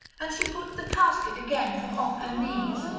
and she put the casket again from off her knees,